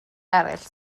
eraill